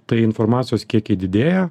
tai informacijos kiekiai didėja